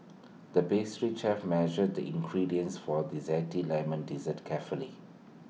the pastry chef measured the ingredients for A Zesty Lemon Dessert carefully